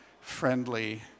friendly